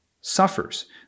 suffers